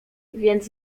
więc